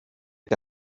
que